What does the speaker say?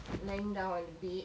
lying down on the bed